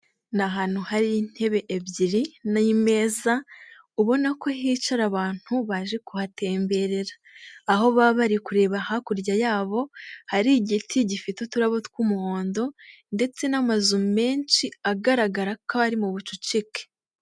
Ni ahantu hari intebe ebyiri n'imeza, ubona ko hicara abantu baje kuhatemberera. Aho baba bari kureba hakurya yabo, hari igiti gifite uturabo tw'umuhondo ndetse n'amazu menshi agaragara ko ari mu bucucike.